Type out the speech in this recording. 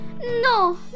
No